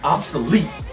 Obsolete